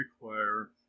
require